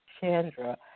Chandra